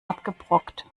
abgebrockt